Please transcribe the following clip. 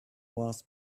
was